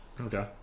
Okay